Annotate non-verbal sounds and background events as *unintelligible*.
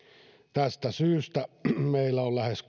tästä syystä meillä on lähes *unintelligible*